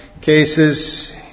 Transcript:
cases